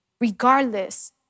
regardless